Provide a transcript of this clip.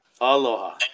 aloha